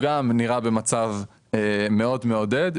גם הוא נראה במצב מאוד מעודד,